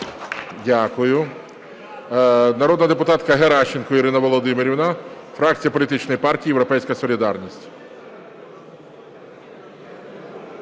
Дякую. Народна депутатка Геращенко Ірина Володимирівна, фракція політичної партії "Європейська солідарність".